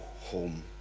home